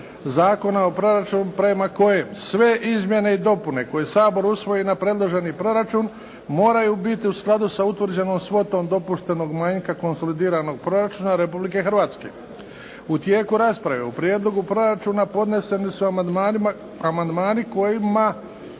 Zakona o proračunu prema kojem sve izmjene i dopune koje Sabor usvoji na predloženi proračun moraju biti u skladu sa utvrđenom svotom dopuštenog manjka konsolidiranog proračuna Republike Hrvatske. U tijeku rasprave u prijedlogu proračuna podneseni su amandmani kojima